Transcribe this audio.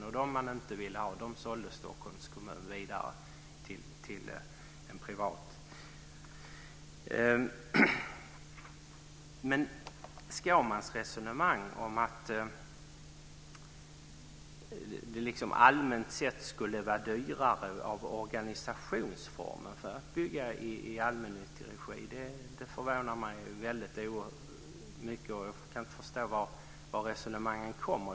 De bostäder som man inte ville ha sålde Skårmans resonemang om att det allmänt sett skulle vara dyrare organisationsformer för att bygga i allmännyttig regi förvånar mig oerhört mycket. Jag kan inte förstå varifån det resonemanget kommer.